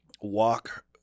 walk